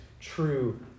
true